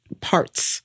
parts